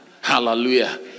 Hallelujah